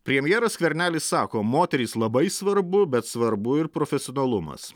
premjeras skvernelis sako moterys labai svarbu bet svarbu ir profesionalumas